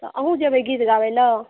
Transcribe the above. तऽ अहुँ जेबै गीत गाबै लए